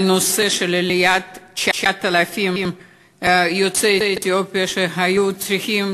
בנושא של עליית 9,000 יוצאי אתיופיה שהיו צריכים,